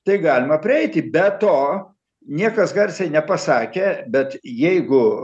tai galima prieiti be to niekas garsiai nepasakė bet jeigu